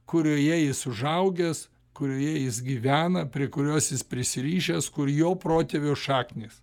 kurioje jis užaugęs kurioje jis gyvena prie kurios jis prisirišęs kur jo protėvių šaknys